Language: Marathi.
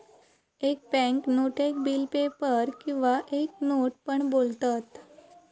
एक बॅन्क नोटेक बिल पेपर किंवा एक नोट पण बोलतत